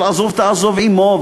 והנושא של "עזֹב תעזֹב עמו",